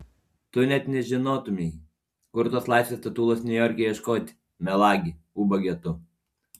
tu net nežinotumei kur tos laisvės statulos niujorke ieškoti melagi ubage tu